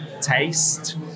taste